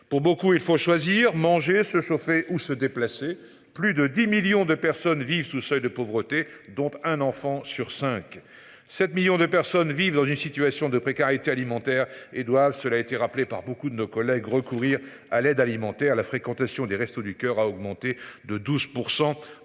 Pour beaucoup, il faut choisir, manger, se chauffer ou se déplacer plus de 10 millions de personnes vivent sous le seuil de pauvreté, dont un enfant sur 5, 7 millions de personnes vivent dans une situation de précarité alimentaire et doivent, cela a été rappelé par beaucoup de nos collègues recourir à l'aide alimentaire La fréquentation des Restos du Coeur a augmenté de 12%